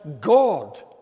God